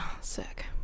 sick